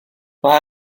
mae